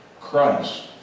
Christ